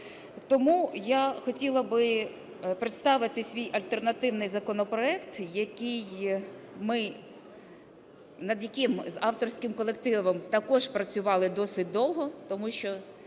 Тому я хотіла би представити свій альтернативний законопроект, над яким авторським колективом також працювали досить довго, тому що